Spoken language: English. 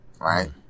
Right